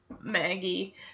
Maggie